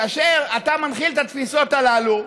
כאשר אתה מנחיל את התפיסות הללו,